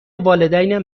والدینم